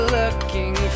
looking